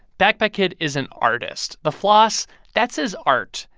backpack kid is an artist. the floss that's his art.